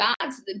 God's